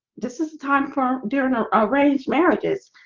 this is a time for during ah arranged marriages.